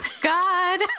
God